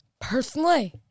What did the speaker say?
Personally